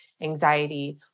anxiety